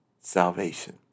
salvation